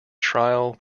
trial